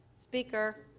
speaker,